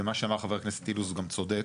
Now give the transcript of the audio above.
מה שאמר חבר הכנסת אילוז הוא גם צודק.